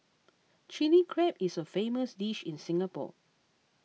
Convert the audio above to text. Chilli Crab is a famous dish in Singapore